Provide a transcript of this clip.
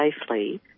safely